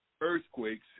earthquakes